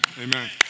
Amen